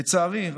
לצערי,